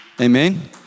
Amen